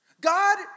God